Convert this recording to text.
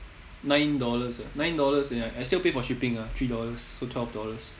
nine dollars ah nine dollars ya I still pay for shipping ah three dollars so twelve dollars